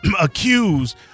accused